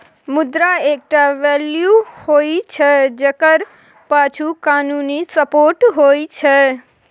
मुद्रा एकटा वैल्यू होइ छै जकर पाछु कानुनी सपोर्ट होइ छै